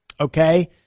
Okay